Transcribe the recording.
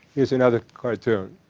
here's another cartoon.